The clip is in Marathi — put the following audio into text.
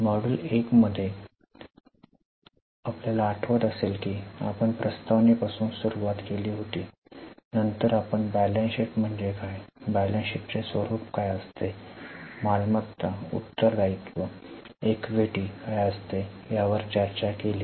मॉड्यूल 1 मध्ये आपल्याला आठवत असेल की आपण प्रस्तावने पासून सुरुवात केली होती नंतर आपण बैलन्स शीट म्हणजे काय बैलन्स शीट्चे स्वरूप काय असते मालमत्ता उत्तर दायित्व इक्विटी काय असते यावर चर्चा केली